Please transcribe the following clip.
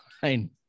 fine